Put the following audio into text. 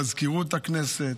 מזכירות הכנסת,